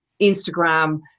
Instagram